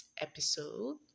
episode